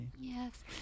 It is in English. Yes